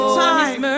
time